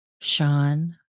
Sean